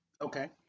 Okay